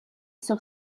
sur